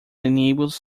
enables